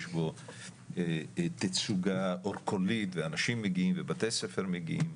בו תצוגה אורקולית ואנשים מגיעים ובתי ספר מגיעים,